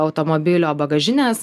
automobilio bagažinės